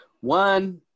One